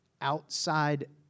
outside